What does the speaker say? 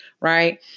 right